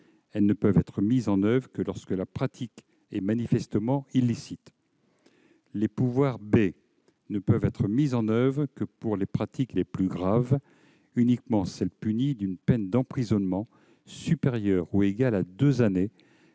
Elles ne peuvent être mises en oeuvre que lorsque la pratique est manifestement illicite. Les pouvoirs B ne peuvent être mis en oeuvre que pour les pratiques les plus graves, uniquement celles qui sont punies d'une peine d'emprisonnement supérieure ou égale à deux années